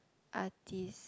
are this